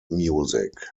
music